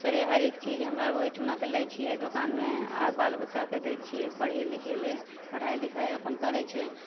से हरेक चीज हमरा आओर ओहिठामके लै छिए दोकानमे आओर बालबच्चाकेँ दै छिए पढ़ै लिखै ले पढ़ाइ लिखाइ अपन करै छै